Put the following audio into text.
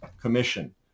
commission